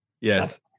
Yes